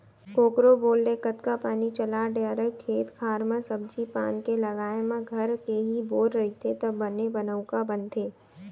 कोकरो बोर ले कतका पानी चला डारवे खेत खार म सब्जी पान के लगाए म घर के ही बोर रहिथे त बने बनउका बनथे